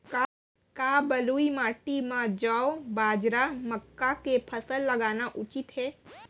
का बलुई माटी म जौ, बाजरा, मक्का के फसल लगाना उचित हे?